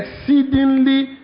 exceedingly